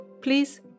Please